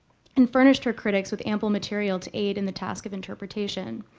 and furnished her critics with ample material to aid in the task of interpretation.